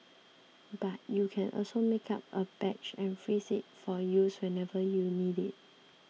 but you can also make up a batch and freeze it for use whenever you need it